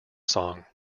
song